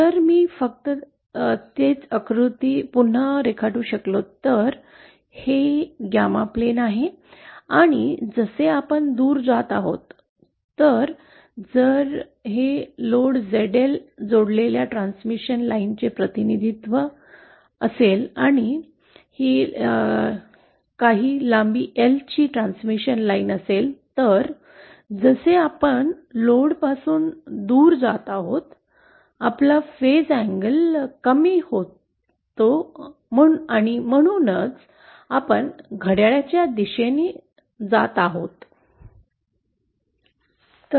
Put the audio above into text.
जर मी फक्त तेच आकृती पुन्हा रेखाटू शकलो तर हे 𝜞 प्लेन आहे आणि जसे आपण दूर जात आहोत तर जर हे लोड ZL जोडलेल्या ट्रान्समिशन लाइनचे प्रतिनिधित्व असेल आणि ही काही लांबी L ची ट्रान्समिशन लाइन असेल तर जसे आपण लोडपासून दूर जात आहोत तसा आपला फेज़ अँगल कमी होतो आणि म्हणूनच आपण घड्याळाच्या दिशेने जात आहोत